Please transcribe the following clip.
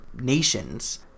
nations